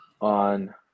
on